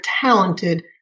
talented